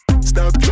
stop